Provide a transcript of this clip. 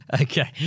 Okay